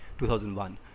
2001